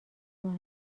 ماه